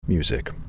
Music